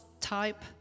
type